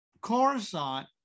coruscant